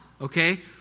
okay